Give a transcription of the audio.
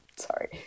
sorry